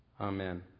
amen